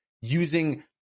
Using